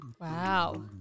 Wow